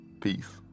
peace